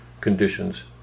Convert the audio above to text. conditions